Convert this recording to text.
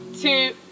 two